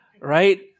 right